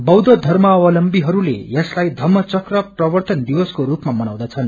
बौद्ध धर्मालवलमिहरूले यसलाई धम्म चक्र प्रर्वतन दिवसको रूपमा मनाउँदछ्न